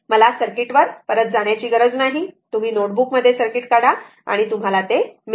मला सर्किटवर परत जाण्याची गरज नाही तुम्ही नोटबुक मध्ये सर्किट काढा आणि तुम्हाला ते मिळेल